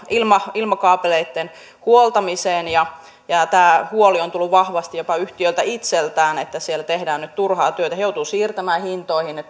ilmakaapeleitten huoltamiseen tämä huoli on tullut vahvasti jopa yhtiöiltä itseltään että siellä tehdään nyt turhaa työtä ne joutuvat siirtämään sen hintoihin